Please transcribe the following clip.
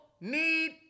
need